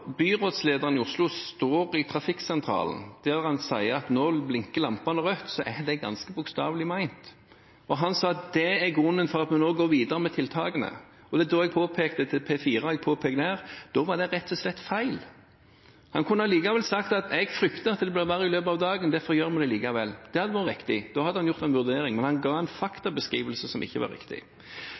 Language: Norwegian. byrådslederen i Oslo står i trafikksentralen og sier at nå blinker lampene rødt, er det ganske bokstavelig ment. Han sa at det er grunnen til at vi nå går videre med tiltakene. Det er da jeg påpekte til P4 – og jeg påpeker det her – at det rett og slett var feil. Han kunne likevel sagt: Jeg frykter at det vil bli verre i løpet av dagen, derfor gjør vi det likevel. Det hadde vært riktig. Da hadde han gjort en vurdering. Men han ga en faktabeskrivelse som ikke var riktig.